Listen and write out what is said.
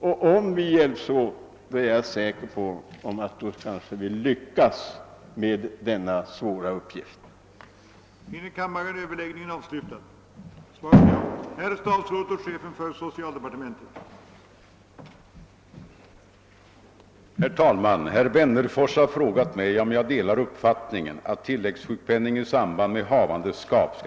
Men om vi hjälps åt är jag säker på att vi kommer att lyckas med uppgifterna.